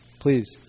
Please